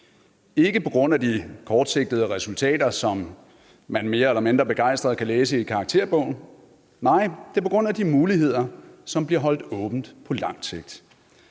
ikke på grund af de kortsigtede resultater, som man mere eller mindre begejstret kan læse i karakterbogen, men på grund af de muligheder, som bliver holdt åbne på lang sigt.